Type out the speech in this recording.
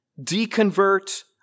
deconvert